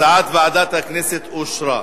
הצעת ועדת הכנסת אושרה.